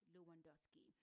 Lewandowski